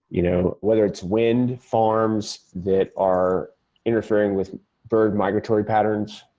you know whether it's wind, farms that are interfering with bird migratory patterns,